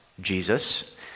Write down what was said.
Jesus